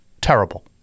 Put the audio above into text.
terrible